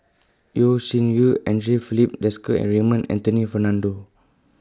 Yeo Shih Yun Andre Filipe Desker and Raymond Anthony Fernando